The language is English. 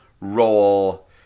role